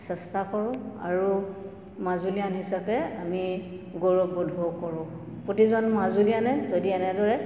চেষ্টা কৰোঁ আৰু মাজুলীয়ন হিচাপে আমি গৌৰৱবোধ কৰোঁ প্ৰতিজন মাজুলীয়ানে যদি এনেদৰে